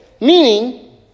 Meaning